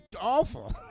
awful